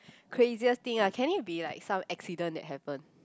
craziest thing ah can it be like some accident that happened